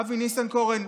אבי ניסנקורן,